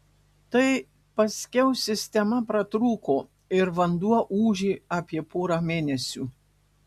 tai paskiau sistema pratrūko ir vanduo ūžė apie porą mėnesių